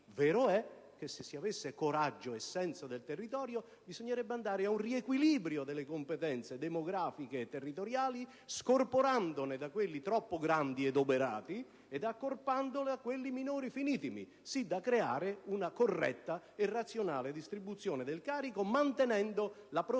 Vero è che, se si avesse coraggio e senso del territorio, bisognerebbe riequilibrare le competenze demografiche e territoriali scorporandole da quelli troppo grandi ed oberati ed accorpandole a quelli minori finitimi, così da creare una corretta e razionale distribuzione del carico mantenendo la prossimalità